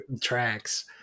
Tracks